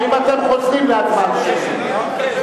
האם אתם חוזרים להצבעה שמית?